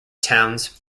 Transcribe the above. towns